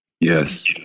Yes